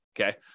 Okay